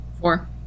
Four